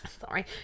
Sorry